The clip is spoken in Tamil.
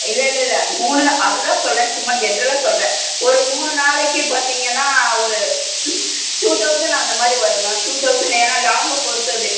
இல்லை இல்லை இல்லை மூணு நாள் அது தான் சொல்கிறேன் சும்மா ஜென்ரலாக சொல்கிறேன் ஒரு மூணு நாளைக்கு பார்த்திங்கனா ஒரு டூ தௌசண்ட் அந்தமாதிரி வரும் மேம் டூ தௌசண்ட் ஏன்னா லாங்கை பொறுத்து அது